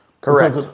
Correct